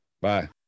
bye